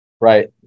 Right